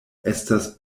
estas